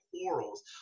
quarrels